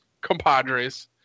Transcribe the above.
compadres